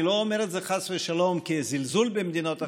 אני לא אומר את זה חס ושלום כזלזול במדינות אחרות,